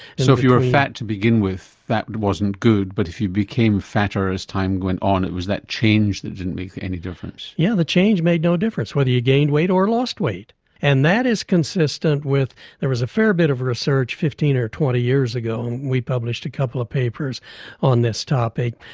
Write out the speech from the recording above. so if you were fat to begin with that wasn't good, but if you became fatter as time went on it was that change that didn't make any difference? yeah, the change made no difference whether you gained weight or lost weight and that is consistent with there was a fair bit of research fifteen or twenty years ago and we published a couple of papers on this topic.